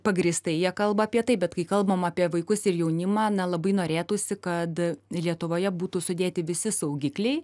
pagrįstai jie kalba apie tai bet kai kalbam apie vaikus ir jaunimą na labai norėtųsi kad lietuvoje būtų sudėti visi saugikliai